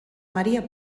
maria